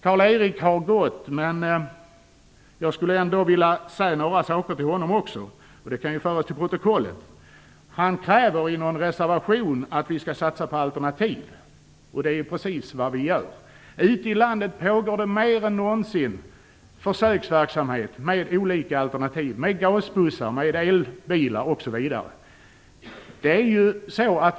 Karl-Erik Persson har gått, men jag skulle ändå vilja säga några saker också till honom. Det kan ju föras till protokollet. Han kräver i en reservation att vi skall satsa på alternativ. Det är precis vad vi gör. Ute i landet pågår det mer än någonsin försöksverksamhet med olika alternativ: gasbussar, elbilar osv.